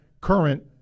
current